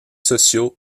sociaux